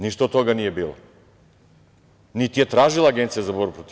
Ništa od toga nije bilo, niti je tražila Agencija za borbu protiv